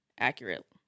Accurate